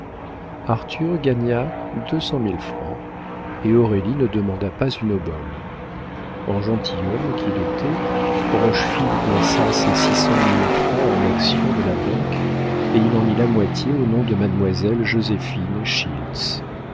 mille francs et aurélie ne demanda pas une obole en gentilhomme qu'il était rochefide plaça ses six cent mille francs en actions de la banque et il en mit la moitié au nom de mademoiselle joséphine